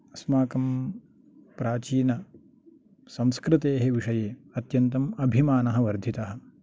अस्माकं प्राचीनसंस्कृतेः विषये अत्यन्तम् अभिमानः वर्धितः